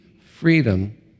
freedom